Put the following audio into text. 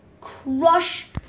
crush